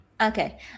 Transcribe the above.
Okay